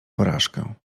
porażkę